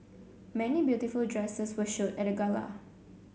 many beautiful dresses were show at the gala